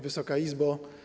Wysoka Izbo!